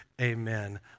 amen